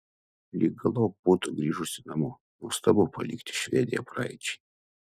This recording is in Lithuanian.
lyg galop būtų grįžusi namo nuostabu palikti švediją praeičiai